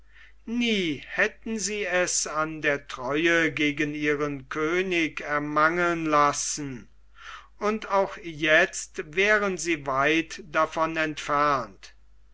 nie hätten sie es an der treue gegen ihren könig ermangeln lassen und auch jetzt wären sie weit davon entfernt